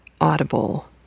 Audible